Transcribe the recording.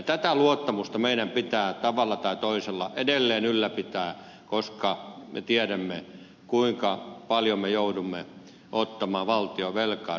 tätä luottamusta meidän pitää tavalla tai toisella edelleen ylläpitää koska me tiedämme kuinka paljon me joudumme ottamaan valtionvelkaa